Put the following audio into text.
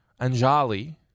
Anjali